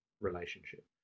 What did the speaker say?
relationship